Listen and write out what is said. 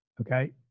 Okay